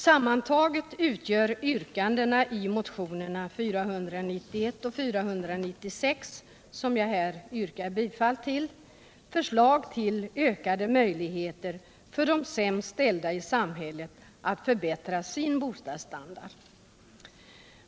Sammantagna utgör yrkandena i motionerna 491 och 496, som jag här yrkar bifall till, förslag till ökade möjligheter för de sämst ställda i samhället att förbättra sin bostadsstandard.